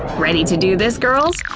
ready to do this, girls?